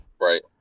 Right